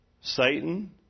Satan